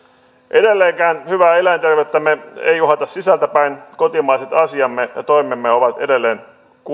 edelleenkään hyvää eläinterveyttämme ei uhata sisältä päin kotimaiset asiamme ja toimemme ovat edelleen